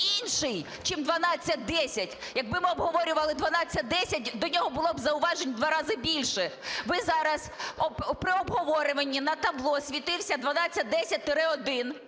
інший чим 1210. Якби ми обговорювали 1210, до нього було б зауважень в два рази більше. Ви зараз, при обговоренні на табло світився 1210-1.